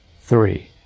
three